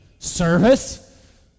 Service